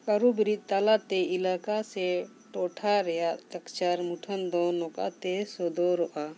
ᱠᱟᱨᱩ ᱵᱤᱨᱤᱫ ᱛᱟᱞᱟᱛᱮ ᱮᱞᱟᱠᱟ ᱥᱮ ᱴᱚᱴᱷᱟ ᱨᱮᱱᱟᱜ ᱞᱟᱠᱪᱟᱨ ᱢᱩᱴᱷᱟᱹᱱ ᱫᱚ ᱱᱚᱝᱠᱟᱛᱮ ᱥᱚᱫᱚᱨᱚᱜᱼᱟ